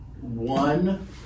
One